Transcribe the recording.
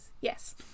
Yes